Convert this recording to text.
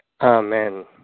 Amen